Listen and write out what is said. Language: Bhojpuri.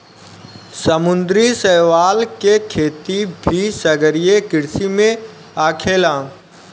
समुंद्री शैवाल के खेती भी सागरीय कृषि में आखेला